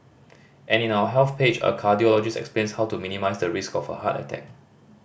and in our Health page a cardiologist explains how to minimise the risk of a heart attack